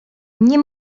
nie